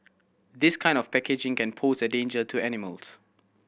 this kind of packaging can pose a danger to animals